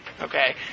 Okay